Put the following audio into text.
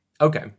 Okay